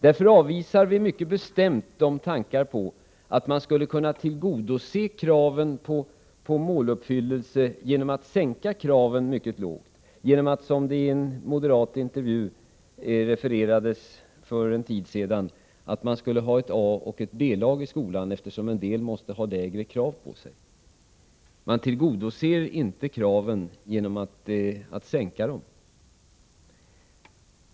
Därför avvisar vi mycket bestämt tanken att man skulle kunna tillgodose kraven på måluppfyllelse genom att sänka kraven eller, som det sades i en moderatintervju för en tid sedan, genom att ha ett A och ett B-lag i skolan, eftersom en del elever måste ha lägre krav på sig. Man tillgodoser inte kraven genom att sänka dem.